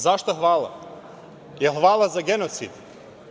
Za šta hvala, jel hvala za genocid?